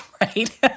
Right